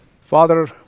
Father